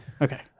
Okay